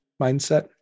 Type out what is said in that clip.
mindset